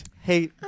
Hey